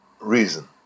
reason